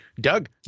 Doug